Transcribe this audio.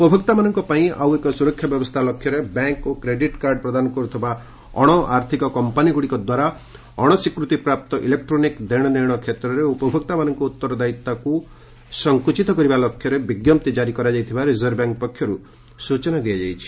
ଉପଭୋକ୍ତମାନଙ୍କ ପାଇଁ ଆଉ ଏକ ସୁରକ୍ଷା ବ୍ୟବସ୍ଥା ଲକ୍ଷ୍ୟରେ ବ୍ୟାଙ୍କ୍ ଓ କ୍ରେଡିଟ୍ କାର୍ଡ଼ ପ୍ରଦାନ କରୁଥିବା ଅଣଆର୍ଥିକ କମ୍ପାନୀଗୁଡ଼ିକଦ୍ୱାରା ଅଣସ୍ୱୀକୃତିପ୍ରାପ୍ତ ଇଲେକ୍ଟ୍ରୋନିକ୍ ଦେଶନେଶ କ୍ଷେତ୍ରରେ ଉପଭୋକ୍ତାମାନଙ୍କ ଉତ୍ତରଦାୟିତାକୁ ସଙ୍କୁଚିତ କରିବା ଲକ୍ଷ୍ୟରେ ବିଜ୍ଞପ୍ତି କାରି କରାଯାଇଥିବା ରିଜର୍ଭ ବ୍ୟାଙ୍କ୍ ସ୍ବଚନା ଦେଇଛି